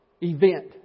event